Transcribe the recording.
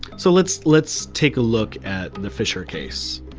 so let's, let's take a look at the fisher case.